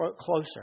closer